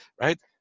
right